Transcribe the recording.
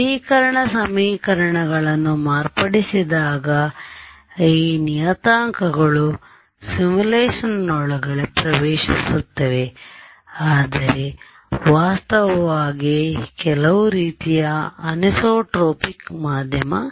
ನವೀಕರಣ ಸಮೀಕರಣಗಳನ್ನು ಮಾರ್ಪಡಿಸಿದಾಗ ಈ ನಿಯತಾಂಕಗಳು ಸಿಮ್ಯುಲೇಶನ್ನೊಳಗೆ ಪ್ರವೇಶಿಸುತ್ತವೆ ಆದರೆ ವಾಸ್ತವವಾಗಿ ಕೆಲವು ರೀತಿಯ ಅನಿಸೊಟ್ರೊಪಿಕ್ ಮಾಧ್ಯಮ ರಚಿಸಿದ್ದೇವೆ